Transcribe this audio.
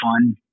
fun